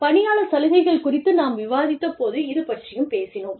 பணியாளர் சலுகைகள் குறித்து நாம் விவாதித்த போது இது பற்றியும் பேசினோம்